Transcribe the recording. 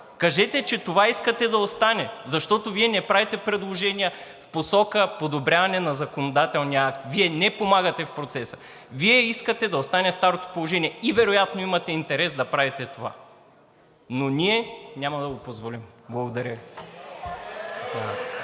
Кажете, че това искате да остане, защото Вие не правите предложения в посока подобряване на законодателния акт. Вие не помагате в процеса. Вие искате да остане старото положение и вероятно имате интерес да правите това, но ние няма да го позволим. Благодаря